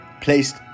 placed